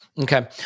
Okay